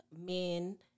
Men